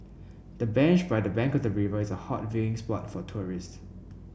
the bench by the bank of the river is a hot viewing spot for tourists